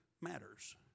matters